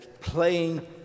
playing